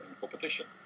competition